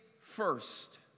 first